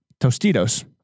Tostitos